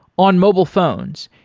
on mobile phones,